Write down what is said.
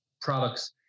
products